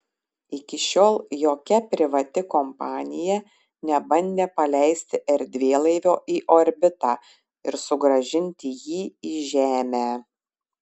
iki šiol jokia privati kompanija nebandė paleisti erdvėlaivio į orbitą ir sugrąžinti jį į žemę